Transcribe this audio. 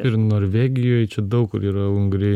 ir norvegijoj čia daug kur yra unguriai